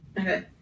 Okay